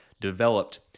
developed